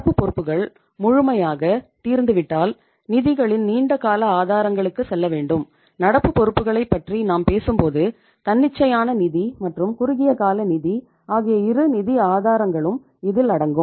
நடப்பு பொறுப்புகள் முழுமையாக தீர்ந்துவிட்டால் நிதிகளின் நீண்ட கால ஆதாரங்களுக்கு செல்ல வேண்டும் நடப்பு பொறுப்புகளைப் பற்றி நாம் பேசும்போது தன்னிச்சையான நிதி மற்றும் குறுகிய கால நிதி ஆகிய இரு நிதி ஆதாரங்களும் இதில் அடங்கும்